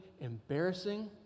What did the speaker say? embarrassing